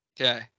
Okay